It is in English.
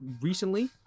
recently